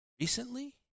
recently